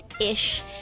ish